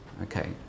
Okay